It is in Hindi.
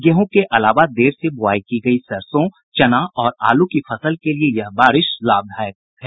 गेहूं के अलावा देर से बुआई की गयी सरसों चना और आलू की फसल के लिये यह बारिश लाभदायक है